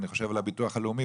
אני חושב על הביטוח הלאומי,